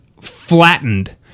flattened